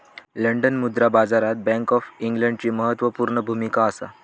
London मुद्रा बाजारात bank of इंग्लंडची म्हत्त्वापूर्ण भुमिका असा